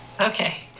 Okay